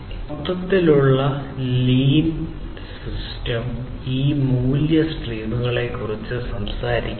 മൊത്തത്തിലുള്ള lean system ഈ മൂല്യ സ്ട്രീമുകളെക്കുറിച്ച് സംസാരിക്കുന്നു